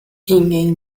ninguém